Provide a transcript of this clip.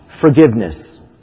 Forgiveness